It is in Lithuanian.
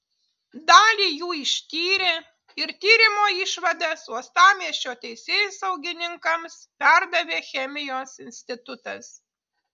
dalį jų ištyrė ir tyrimo išvadas uostamiesčio teisėsaugininkams perdavė chemijos institutas